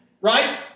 right